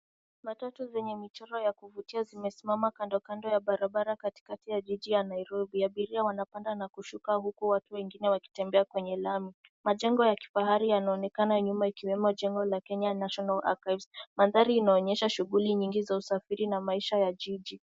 Matatu zenye michoro ya kuvutia zimesimama kando kando ya barabara katikati ya jiji ya Nairobi. Abiria wanapanda na kushuka huku watu wengine wakitembea kwenye lami. Majengo ya kifahari yanaonekana nyuma ikiwemo jengo la Kenya national archives. Mandhari inaonyesha shughuli nyingi za usafiri na maisha ya jiji.